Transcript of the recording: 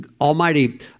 Almighty